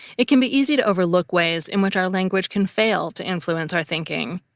it can be easy to overlook ways in which our language can fail to influence our thinking.